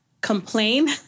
complain